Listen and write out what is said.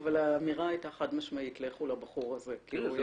אבל האמירה "לכו לבחור הזה" הייתה